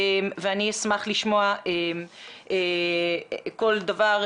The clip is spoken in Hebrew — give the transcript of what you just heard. ואני אשמח לשמוע כל דבר,